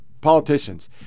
Politicians